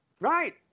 Right